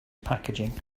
packaging